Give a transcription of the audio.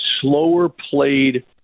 slower-played